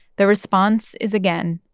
the response is, again,